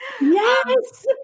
Yes